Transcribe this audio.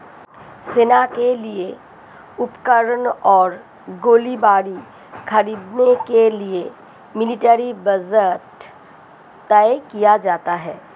सेना के लिए उपकरण और गोलीबारी खरीदने के लिए मिलिट्री बजट तय किया जाता है